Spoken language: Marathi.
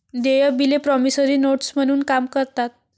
देय बिले प्रॉमिसरी नोट्स म्हणून काम करतात